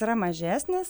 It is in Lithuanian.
yra mažesnis